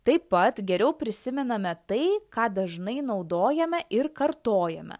taip pat geriau prisimename tai ką dažnai naudojame ir kartojame